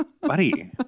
buddy